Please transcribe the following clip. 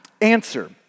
Answer